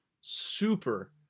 super